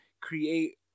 create